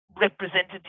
representative